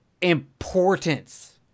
importance